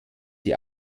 ihr